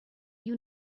you